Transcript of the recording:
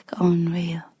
unreal